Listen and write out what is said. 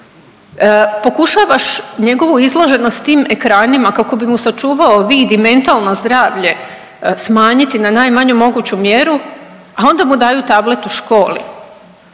pokušavaš njegovu izloženost tim ekranima kako bi mu sačuvao vid i mentalno zdravlje smanjiti na najmanju moguću mjeru, a onda mu daju tablet u školu,